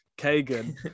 Kagan